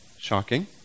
Shocking